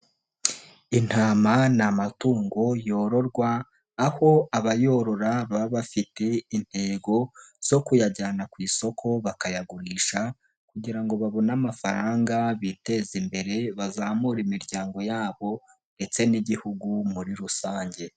Intama ni amatungo yororwa, aho abayorora baba bafite intego zo kuyajyana ku isoko bakayagurisha kugira ngo babone amafaranga biteze imbere, bazamure imiryango yabo ndetse n'Igihugu muri rusange.